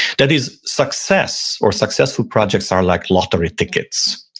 that is success or successful projects are like lottery tickets.